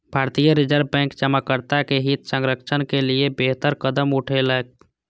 भारतीय reserve bank जमाकर्ता के हित संरक्षण के लिए बेहतर कदम उठेलकै